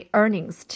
earnings